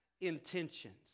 intentions